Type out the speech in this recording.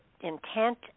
intent